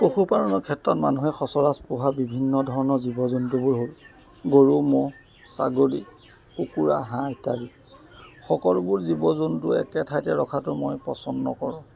পশুপালনৰ ক্ষেত্ৰত মানুহে সচৰাচৰ পোহা বিভিন্ন জীৱ জন্তুবোৰ হ'ল গৰু ম'হ ছাগলী কুকুৰা হাঁহ ইত্যাদি সকলোবোৰ জীৱ জন্তু একেঠাইতে ৰখাটো মই পচন্দ নকৰোঁ